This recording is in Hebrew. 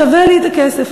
שווה לי הכסף,